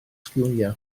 sgiliau